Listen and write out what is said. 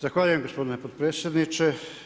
Zahvaljujem gospodine potpredsjedniče.